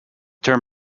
term